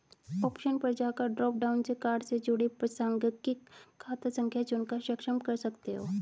option पर जाकर drop down से कार्ड से जुड़ी प्रासंगिक खाता संख्या चुनकर सक्षम कर सकते है